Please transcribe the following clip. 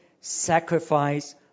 sacrifice